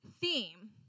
theme